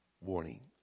warning